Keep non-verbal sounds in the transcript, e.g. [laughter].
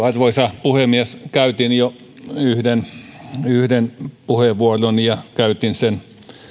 [unintelligible] arvoisa puhemies käytin jo yhden yhden puheenvuoron ja käytin sen